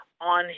on